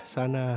Sana